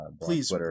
please